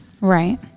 Right